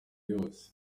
yose